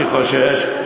אני חושש,